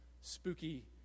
spooky